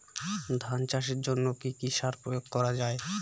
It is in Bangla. ধান চাষের জন্য কি কি সার প্রয়োগ করা য়ায়?